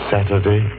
Saturday